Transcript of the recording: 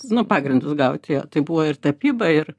nu pagrindus gauti tai buvo ir tapyba ir